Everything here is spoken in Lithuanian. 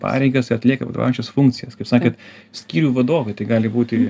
pareigas atlieka vadovaujančias funkcijas kaip sakėt skyrių vadovai tai gali būti